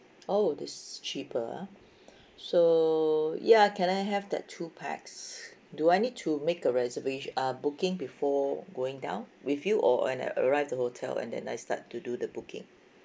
oh this cheaper ah so ya can I have that two pax do I need to make a reservation uh booking before going down with you or when I arrived the hotel and then I start to do the booking